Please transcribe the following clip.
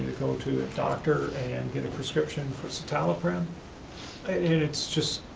go to a doctor and get a prescription for citalopram, and it's just,